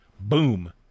boom